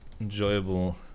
enjoyable